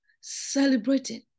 celebrating